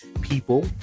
people